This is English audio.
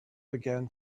began